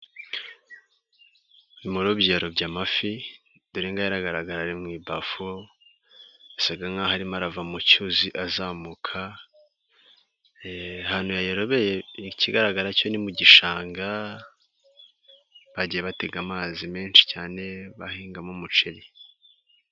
Umurobyi arobye amafi dorega yaragaraga ari mu ibafu, yasaga nk'aho arimo arava mu cyuzi azamuka, ahantu ya ikigaragara cyo ni mu gishanga bagiye batega amazi menshi cyane bahingamo umuceri.